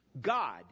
God